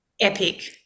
epic